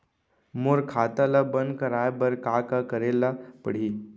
मोर खाता ल बन्द कराये बर का का करे ल पड़ही?